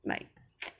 like